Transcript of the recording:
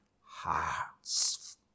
hearts